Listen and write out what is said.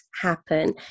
happen